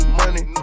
money